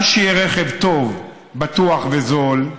גם שיהיה רכב טוב, בטוח וזול,